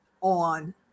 on